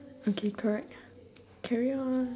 okay correct carry on